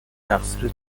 تقصیر